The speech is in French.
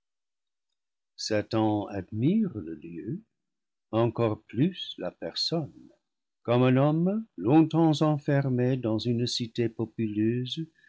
satan admire le lieu encore plus la personne comme un homme longtemps enfermé dans une cité populeuse